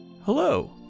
Hello